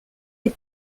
des